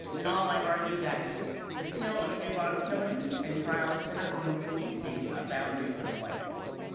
in all, i argue that the till and trayvon killings and trials, centered on the policing of boundaries of whiteness.